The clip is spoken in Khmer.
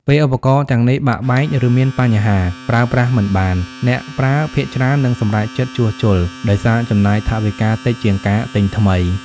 ពេលឧបករណ៍ទាំងនេះបាក់បែក ឬមានបញ្ហា ប្រើប្រាស់មិនបាន អ្នកប្រើភាគច្រើននឹងសម្រេចចិត្តជួសជុល ដោយសារចំណាយថវិកាតិចជាងការទិញថ្មី។